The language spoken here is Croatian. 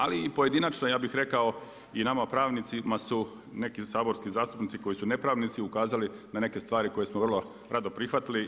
Ali i pojedinačno ja bih rekao i nama pravnicima su neki saborski zastupnici koji su nepravnici ukazali na neke stvari koje smo vrlo rado prihvatili.